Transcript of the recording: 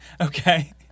Okay